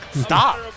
Stop